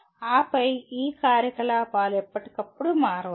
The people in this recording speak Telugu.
ఆపై ఈ కార్యకలాపాలు ఎప్పటికప్పుడు మారవచ్చు